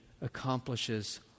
accomplishes